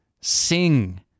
sing